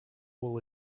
will